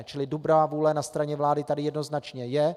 Čili dobrá vůle na straně vlády tady jednoznačně je.